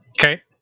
Okay